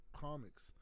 comics